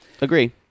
Agree